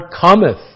cometh